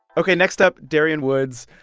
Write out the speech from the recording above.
ok, next up, darian woods,